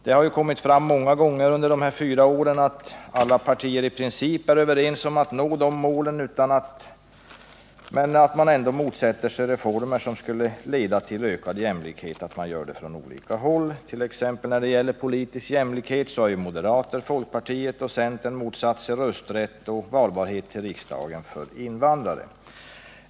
Det har kommit fram många gånger under dessa fyra år att alla partier i princip är överens om att nå målen, men att man ändå motsätter sig reformer som skulle leda till ökad jämlikhet, och det görs från olika håll. När det t.ex. gäller politisk jämlikhet har moderaterna, folkpartiet och centern motsatt sig rösträtt och valbarhet till riksdagen för invandrare.